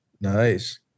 Nice